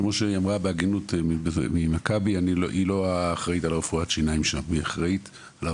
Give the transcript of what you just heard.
כמו שאמרה בהגינות נציגת מכבי שהיא לא רופאת שיניים אלא אחראית על